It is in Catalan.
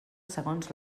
segons